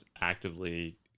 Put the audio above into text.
actively